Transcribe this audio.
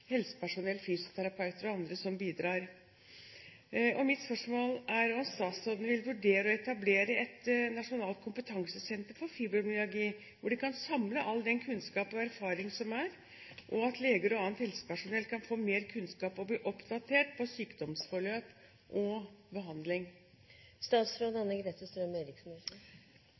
helsepersonell – fysioterapeuter og andre som bidrar. Mitt spørsmål er om statsråden vil vurdere å etablere et nasjonalt kompetansesenter for fibromyalgi, hvor en kan samle all den kunnskap og erfaring som er, slik at leger og annet helsepersonell kan få mer kunnskap og bli oppdatert på sykdomsforløp og